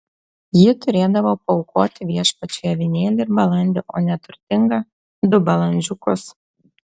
ji turėdavo paaukoti viešpačiui avinėlį ir balandį o neturtinga du balandžiukus